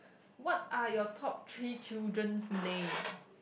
what are your top three children's name